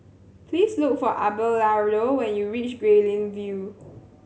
please look for Abelardo when you reach Guilin View